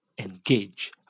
engage